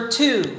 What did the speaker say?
two